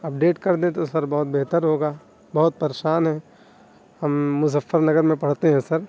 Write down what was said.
update کر دیں تو سر بہت بہتر ہوگا بہت پرشان ہیں ہم مظفر نگر میں پڑھتے ہیں سر